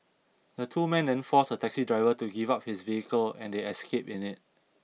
the two men then forced a taxi driver to give up his vehicle and they escaped in it